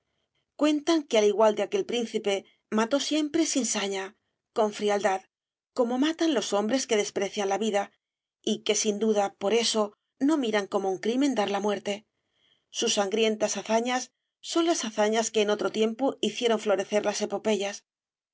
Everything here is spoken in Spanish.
cuentan que al igual de aquel príncipe mató siempre sin saña con frialdad como matan los hombres que desprecian la vida y que sin duda por eso no miran como un crimen dar la muerte sus sangrientas hazañas son las hazañas que en otro tiempo hicieron florecer las epopeyas